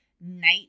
night